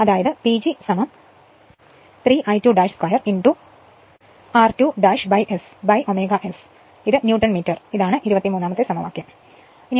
അതായത് PG 3 I2 2 r2 S ω S newton metre ഇതാണ് സമവാക്യം 23